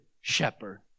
shepherd